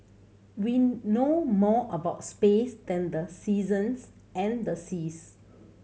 we know more about space than the seasons and the seas